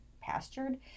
pastured